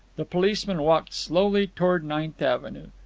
the policeman walked slowly toward ninth avenue.